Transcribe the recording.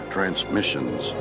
Transmissions